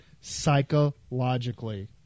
Psychologically